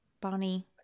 Bonnie